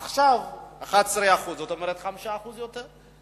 עכשיו, 11%, זאת אומרת 5% יותר.